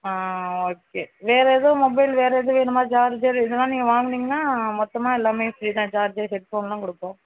ஆ okay வேறு எதுவும் mobile வேறு எதுவும் வேணுமா சார்ஜர் இதெல்லாம் நீங்கள் வாங்குனீங்கன்னா மொத்தமாக எல்லாமே ஃப்ரி தான் சார்ஜர் ஹெட்ஃபோனெலாம் கொடுப்போம்